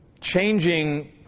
changing